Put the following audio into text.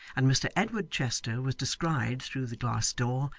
and mr edward chester was descried through the glass door,